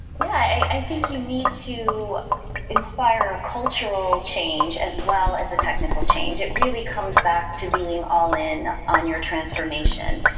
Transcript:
yeah. i think you need to inspire a cultural change as well as a technical change. it really comes back to being all in on your transformation,